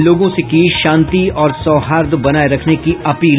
लोगों से की शांति और सौहार्द बनाये रखने की अपील